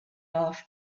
off